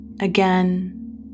again